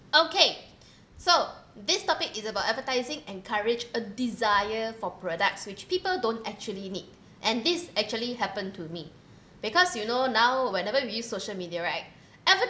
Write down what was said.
okay so this topic is about advertising encourage a desire for products which people don't actually need and this actually happened to me because you know now whenever we use social media right